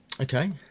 Okay